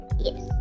Yes